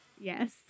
Yes